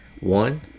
one